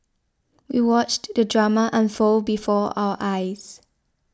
we watched the drama unfold before our eyes